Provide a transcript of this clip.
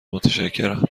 متشکرم